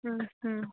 ಹ್ಞೂ ಹ್ಞೂ